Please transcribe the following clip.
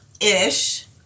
ish